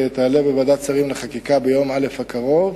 תעלה בוועדת השרים לחקיקה ביום א' הקרוב